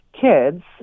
kids